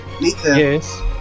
Yes